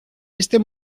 este